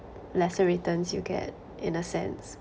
lesser returns you get in a sense